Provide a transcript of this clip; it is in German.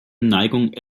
neigung